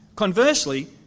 Conversely